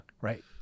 right